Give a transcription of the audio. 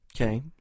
Okay